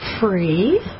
free